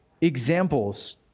examples